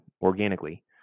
organically